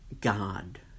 God